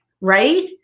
Right